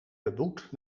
beboet